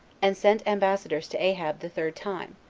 and sent ambassadors to ahab the third time,